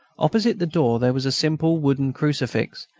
opposite the door, there was a simple wooden crucifix,